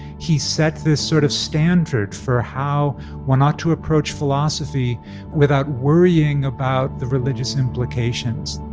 he set this sort of standard for how one ought to approach philosophy without worrying about the religious implications